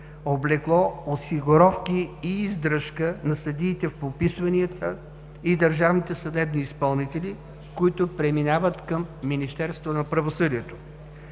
облекло, осигуровки и издръжка на съдиите по вписванията и държавните съдебни изпълнители, които преминават към Министерството на правосъдието.